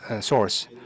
source